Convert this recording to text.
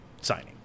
signing